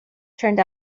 turned